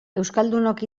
euskaldunok